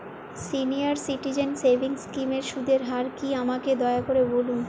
senior citizen savings স্কিমের সুদের হার কী আমাকে দয়া করে বলুন